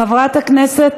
חבר הכנסת